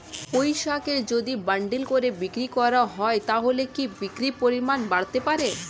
পুঁইশাকের যদি বান্ডিল করে বিক্রি করা হয় তাহলে কি বিক্রির পরিমাণ বাড়তে পারে?